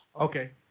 Okay